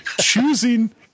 Choosing